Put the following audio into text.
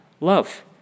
love